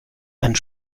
einen